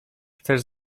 chcesz